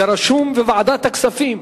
זה רשום בוועדת הכספים,